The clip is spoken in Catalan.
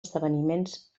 esdeveniments